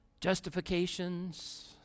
Justifications